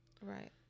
right